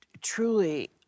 truly